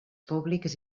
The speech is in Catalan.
públics